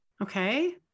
okay